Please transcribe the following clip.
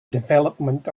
development